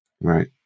right